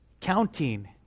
Counting